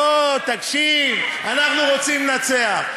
לא, תקשיב, אנחנו רוצים לנצח.